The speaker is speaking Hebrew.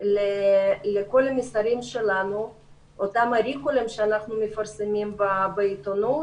לכל המסרים שלנו שאנחנו מפרסמים בעיתונות.